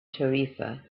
tarifa